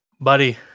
buddy